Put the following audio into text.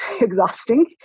exhausting